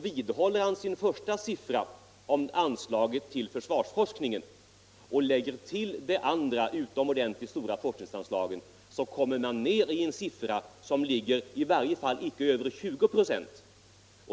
Vidhåller han sin första sifferuppgift vad avser anslagen till försvarsforskningen och lägger till de andra utomordentligt stora forskningsanslagen, kommer man ner i en andel, som i varje fall inte ligger över 20 procent.